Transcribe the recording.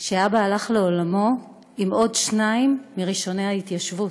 שאבא הלך לעולמו עם עוד שניים מראשוני ההתיישבות: